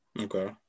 Okay